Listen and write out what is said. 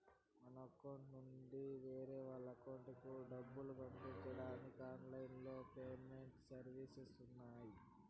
మన అకౌంట్ నుండి వేరే వాళ్ళ అకౌంట్ కూడా డబ్బులు పంపించడానికి ఆన్ లైన్ పేమెంట్ సర్వీసెస్ ఉన్నాయి